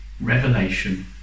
revelation